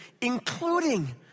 including